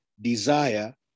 desire